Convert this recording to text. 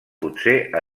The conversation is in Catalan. potser